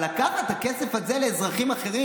אבל לקחת את הכסף הזה לאזרחים אחרים?